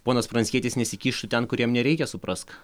ponas pranckietis nesikištų ten kur jam nereikia suprask